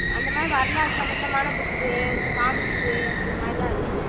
அந்தமாதிரி வரலாறு சம்மந்தமான புக்கு காமிக்ஸ்ஸு அந்தமாரிலாம் இருக்கு